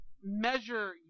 measure